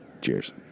Cheers